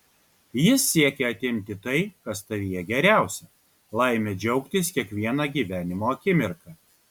jis siekia atimti tai kas tavyje geriausia laimę džiaugtis kiekviena gyvenimo akimirka